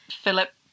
Philip